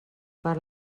per